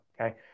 Okay